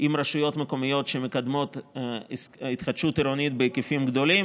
עם רשויות מקומיות שמקדמות ההתחדשות העירונית בהיקפים גדולים